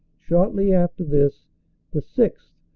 shortly after this the sixth,